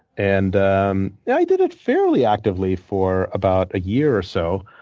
and um yeah i did it fairly actively for about a year or so.